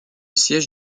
siège